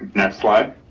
next slide.